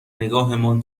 نگاهمان